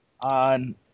on